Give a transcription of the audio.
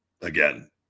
again